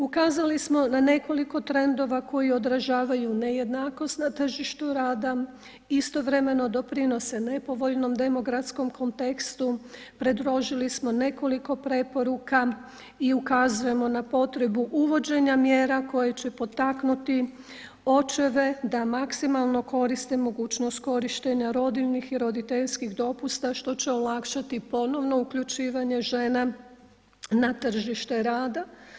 Ukazali smo na nekoliko trendova koji odražavaju nejednakost na tržištu rada, istovremeno doprinose nepovoljnom demografskom kontekstu, predložili smo nekoliko preporuka i ukazujemo na potrebu uvođenja mjera koje će potaknuti očeve da maksimalno koriste mogućnost korištenja rodiljnih i roditeljskih dopusta što će olakšati ponovo uključivanje žena na tržište rada.